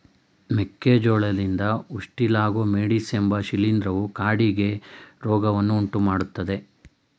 ಮೆಕ್ಕೆ ಜೋಳದಲ್ಲಿ Ustilago maydis ಎಂಬ ಶಿಲೀಂಧ್ರವು ಕಾಡಿಗೆ ರೋಗವನ್ನು ಉಂಟುಮಾಡ್ತದೆ